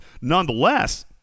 Nonetheless